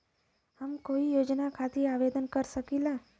हम कोई योजना खातिर आवेदन कर सकीला?